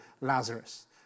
Lazarus